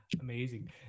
Amazing